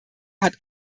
hat